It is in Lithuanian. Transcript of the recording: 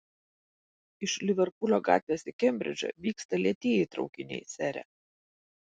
iš liverpulio gatvės į kembridžą vyksta lėtieji traukiniai sere